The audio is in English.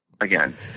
again